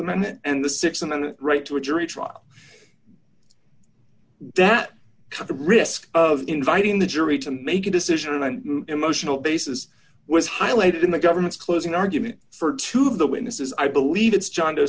amendment and the six and a right to a jury trial that cut the risk of inviting the jury to make a decision and an emotional basis was highlighted in the government's closing argument for two of the witnesses i believe it's john doe